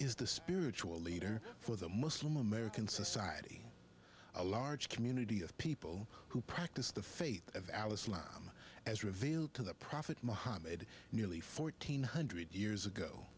is the spiritual leader for the muslim american society a large community of people who practice the faith of al islam as revealed to the prophet muhammad nearly fourteen hundred years ago